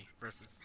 versus